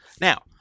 Now